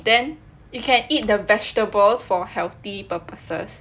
then you can eat the vegetables for healthy purposes